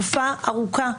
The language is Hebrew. לתקופה ארוכה.